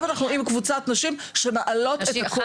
אנחנו עם קבוצת נשים שמעלות את הכול.